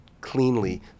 cleanly